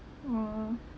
oh